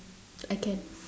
I can